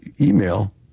email